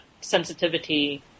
sensitivity